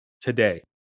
today